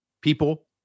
People